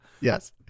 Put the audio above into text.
Yes